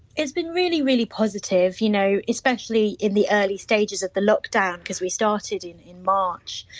it's been really, really positive, you know especially in the early stages of the lockdown, because we started in in march.